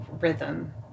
rhythm